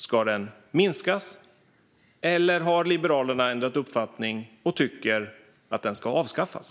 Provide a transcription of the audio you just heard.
Ska den minskas? Eller har Liberalerna ändrat uppfattning och tycker att den ska avskaffas?